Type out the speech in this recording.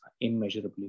immeasurably